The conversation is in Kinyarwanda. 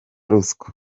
ruswa